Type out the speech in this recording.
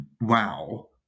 wow